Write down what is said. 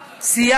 לא, לא, בסדר.